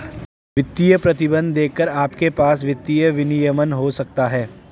वित्तीय प्रतिबंध देखकर आपके पास वित्तीय विनियमन हो सकता है